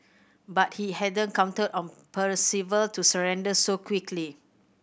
but he hadn't counted on Percival to surrender so quickly